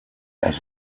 his